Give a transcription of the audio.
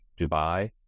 Dubai